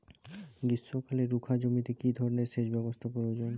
গ্রীষ্মকালে রুখা জমিতে কি ধরনের সেচ ব্যবস্থা প্রয়োজন?